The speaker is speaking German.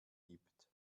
gibt